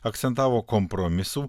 akcentavo kompromisų